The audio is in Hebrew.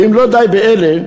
ואם לא די באלה,